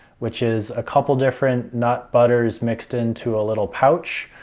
which is a couple different nut butters mixed into a little pouch.